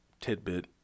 tidbit